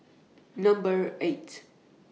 Number eight